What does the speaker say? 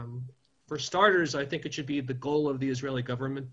מכירים בחשיבות של מתיחת קו בין ביקורת